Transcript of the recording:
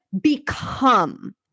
become